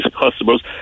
customers